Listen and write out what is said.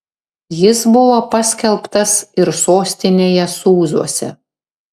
jis buvo paskelbtas ir sostinėje sūzuose